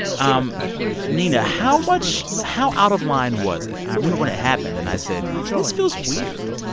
um nina, how much how out of line was it? i remember when it happened, and i said, this feels weird.